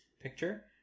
picture